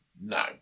No